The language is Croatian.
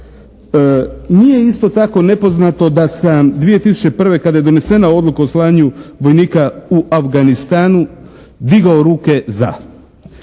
Nije isto tako nepoznato da sam 2001. kad je donesena odluka o slanju vojnika u Afganistanu digao ruke za.